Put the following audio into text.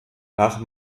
nach